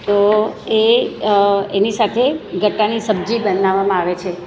તો એ એની સાથે ગટ્ટાની સબ્જી બનાવામાં આવે છે